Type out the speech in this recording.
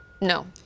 No